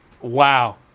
Wow